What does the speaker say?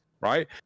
Right